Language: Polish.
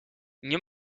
nie